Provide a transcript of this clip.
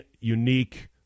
unique